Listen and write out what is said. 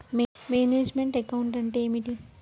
Manage meant account అంటే ఏమిటి?